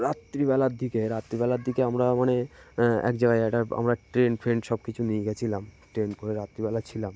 রাত্রিবেলার দিকে রাত্রিবেলার দিকে আমরা মানে এক জায়গায় একটা আমরা ট্রেন ফ্রেন্ড সব কিছু নিয়ে গিয়েছিলাম ট্রেন করে রাত্রিবেলা ছিলাম